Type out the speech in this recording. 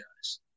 guys